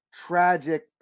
tragic